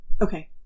okay